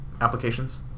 applications